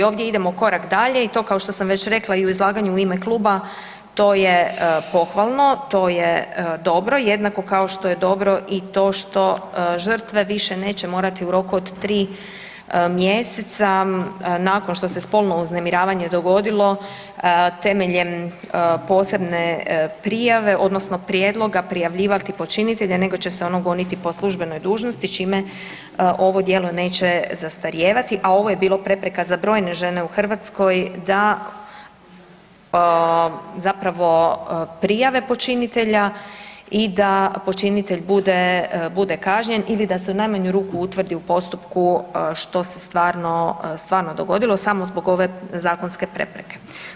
Ovdje idemo korak dalje i to kao što sam već rekla i u izlaganju u ime kluba to je pohvalno, to je dobro, jednako kao što je dobro i to što žrtve više neće morati u roku od 3 mjeseca nakon što se spolno uznemiravanje dogodilo temeljem posebne prijave odnosno prijedloga prijavljivati počinitelja nego će se ono goniti po službenoj dužnosti čime ovo djelo neće zastarijevati, a ovo je bilo prepreka za brojne žene u Hrvatskoj da zapravo prijave počinitelja i da počinitelj bude, bude kažnjen ili da se u najmanju ruku utvrdi u postupku što se stvarno, stvarno dogodilo samo zbog ove zakonske prepreke.